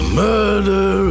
murder